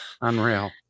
Unreal